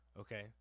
Okay